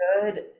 good